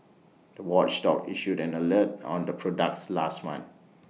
the watchdog issued an alert on the products last month